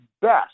best